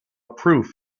proof